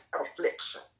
affliction